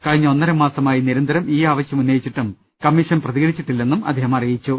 കഴിഞ്ഞ ഒന്നരമാസമായി നിരന്തരം ഈയാവശ്യം ഉന്നയിച്ചിട്ടും കമ്മീഷൻ പ്രതി കരിച്ചിട്ടില്ലെന്നും അദ്ദേഹം പറഞ്ഞു